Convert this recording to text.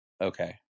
Okay